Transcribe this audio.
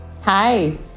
Hi